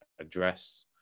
address